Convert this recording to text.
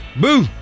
boo